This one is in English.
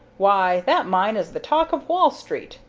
why, that mine is the talk of wall street,